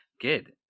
Good